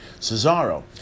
Cesaro